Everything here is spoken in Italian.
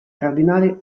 cardinale